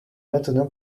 maintenant